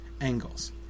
angles